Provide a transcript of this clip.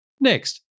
Next